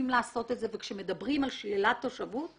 כשמדברים על שלילת תושבות,